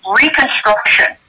reconstruction